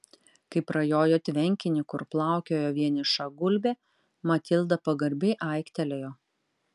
kai prajojo tvenkinį kur plaukiojo vieniša gulbė matilda pagarbiai aiktelėjo